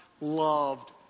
loved